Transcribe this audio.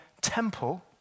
temple